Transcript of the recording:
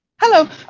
Hello